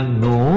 no